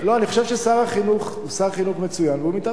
אני חושב ששר החינוך הוא שר חינוך מצוין והוא מתאמץ.